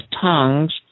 tongues